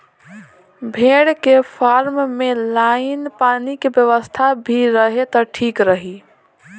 भेड़ के फार्म में लाइन पानी के व्यवस्था भी रहे त ठीक रही